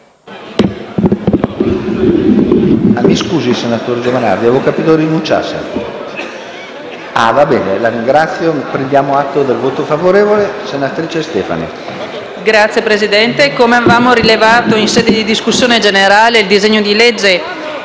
Signor Presidente, come già rilevato in sede di discussione generale, il disegno di legge